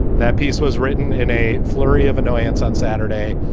that piece was written in a flurry of annoyance on saturday,